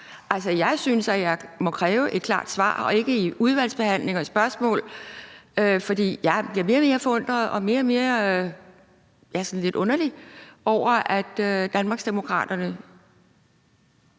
pris. Jeg synes, at jeg må kræve et klart svar – og ikke i udvalgsbehandlingen eller i spørgsmål – for jeg bliver mere og mere forundret og mere og mere, ja, sådan lidt underligt til mode over, at Danmarksdemokraterne ...